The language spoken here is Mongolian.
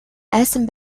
айсан